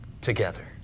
Together